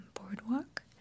boardwalk